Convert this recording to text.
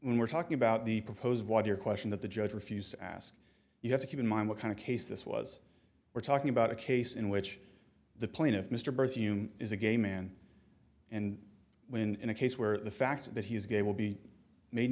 when we're talking about the proposed water question that the judge refused to ask you have to keep in mind what kind of case this was we're talking about a case in which the plaintiff mr berg is a gay man and when in a case where the fact that he is gay will be made